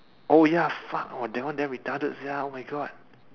oh ya fuck eh that one damn retarded sia oh my god